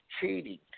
cheating